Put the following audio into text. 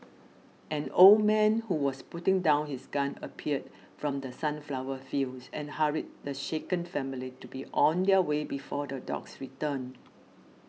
an old man who was putting down his gun appeared from the sunflower fields and hurried the shaken family to be on their way before the dogs return